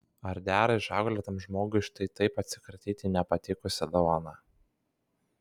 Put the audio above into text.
ar dera išauklėtam žmogui štai taip atsikratyti nepatikusia dovana